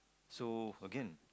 so again